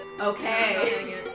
Okay